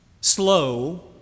slow